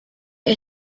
are